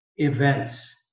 events